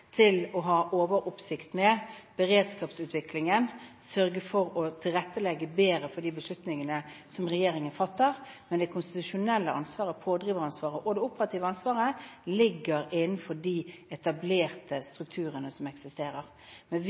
til å ha overoppsikt med beredskapsutviklingen og til å sørge for å tilrettelegge bedre for de beslutningene som regjeringen fatter. Det konstitusjonelle ansvaret, pådriveransvaret og det operative ansvaret ligger innenfor de etablerte eksisterende strukturene,